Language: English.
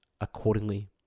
accordingly